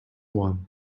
one